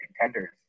contenders